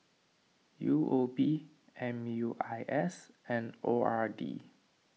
U O B M U I S and O R D